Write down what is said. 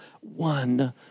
one